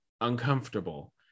uncomfortable